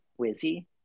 Wizzy